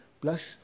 plus